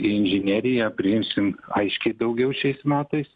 į inžineriją priimsim aiškiai daugiau šiais metais